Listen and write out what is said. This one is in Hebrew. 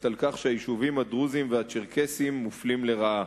שהיישובים הדרוזיים והצ'רקסיים מופלים לרעה.